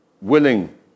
willing